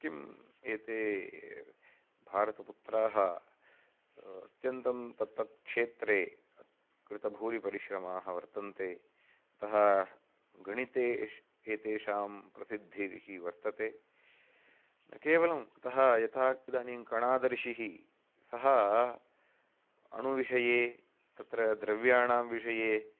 किम् एते भारतपुत्राः अत्यन्तं तत्तत् क्षेत्रे कृताः भूरि परिश्रमाः वर्तन्ते अतः गणिते एतेषां प्रसिद्धिः वर्तते न केवलं कुतः यथा इदानीं कणादर्षिः सः अणुविषये तत्र द्रव्याणां विषये